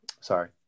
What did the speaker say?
Sorry